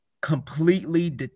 completely